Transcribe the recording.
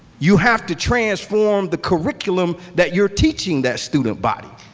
you have to transform the curriculum that you're teaching that student body.